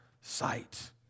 sight